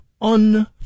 un